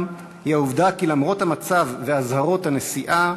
הוא העובדה שלמרות המצב ואזהרות הנסיעה